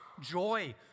joy